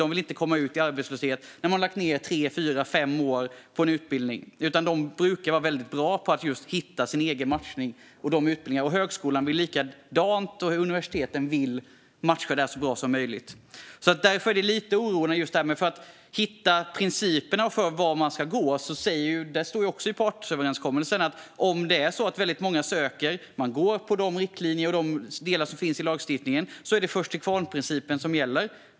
De vill inte komma ut i arbetslöshet när de har lagt tre, fyra eller fem år på en utbildning, utan de brukar vara bra på att hitta sin egen matchning. Det är likadant med högskolor och universitet - de vill matcha så bra som möjligt. Därför är det viktigt att hitta principerna för var man ska gå. Det står också i partsöverenskommelsen att om väldigt många söker och man följer de riktlinjer och delar som finns i lagstiftningen är det först till kvarn-principen som gäller.